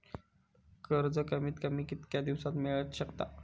कर्ज कमीत कमी कितक्या दिवसात मेलक शकता?